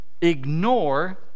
ignore